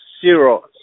zero